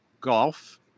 golf